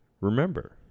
remember